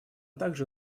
также